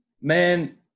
Man